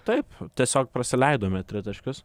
taip tiesiog prasileidome tritaškius